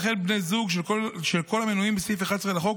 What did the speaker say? וכן בני זוג של כל המנויים בסעיף 11 לחוק,